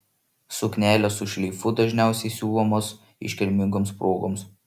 suknelės su šleifu dažniausiai siuvamos iškilmingoms progoms